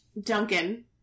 Duncan